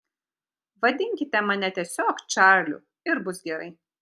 vadinkite mane tiesiog čarliu ir bus gerai